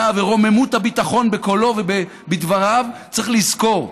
ורוממות הביטחון בקולו ובדבריו צריך לזכור: